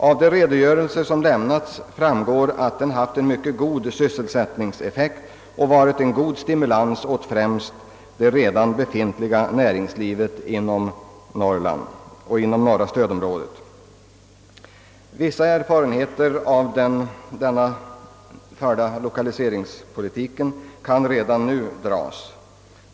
Av de redogörelser som lämnats framgår att den haft en mycket god sysselsättningseffekt och varit en god stimulans åt främst det redan befintliga näringslivet inom det norra stödområdet. Vissa erfarenheter av den förda lokaliseringspolitiken kan redan nu dras.